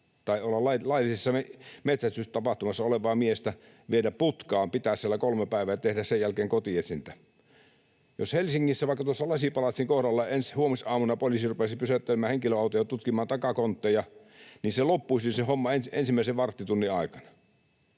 tai laillisessa metsästystapahtumassa olevaa miestä viedä putkaan, pitää siellä kolme päivää ja tehdä sen jälkeen kotietsintä. Jos Helsingissä vaikka tuossa Lasipalatsin kohdalla huomisaamuna poliisi rupeaisi pysäyttämään henkilöautoja, tutkimaan takakontteja, niin se homma loppuisi ensimmäisen varttitunnin aikana.